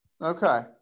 okay